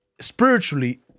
spiritually